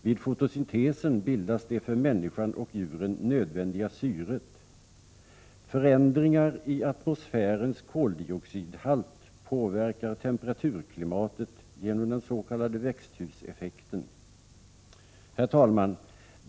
Vid fotosyntesen bildas det för människan och djuren nödvändiga syret. Förändringar i atmosfärens koldioxidhalt påverkar temperaturklimatet genom den s.k. växthuseffekten. Herr talman!